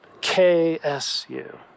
K-S-U